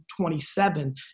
27